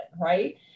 right